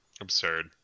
Absurd